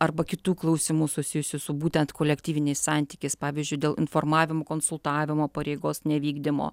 arba kitų klausimų susijusių su būtent kolektyviniais santykiais pavyzdžiui dėl informavimo konsultavimo pareigos nevykdymo